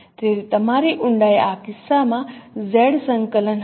તેથી તમારી ઊંડાઈ આ કિસ્સામાં z સંકલન હશે